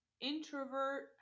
introvert